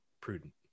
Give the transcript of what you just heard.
prudent